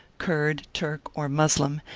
kurd, turk, or moslem,